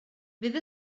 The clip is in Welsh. fydd